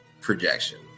projection